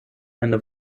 eine